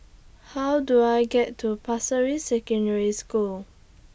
How Do I get to Pasir Ris Secondary School